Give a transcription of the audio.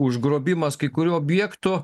užgrobimas kai kurių objektų